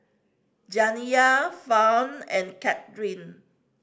Janiyah Fawn and Kathlene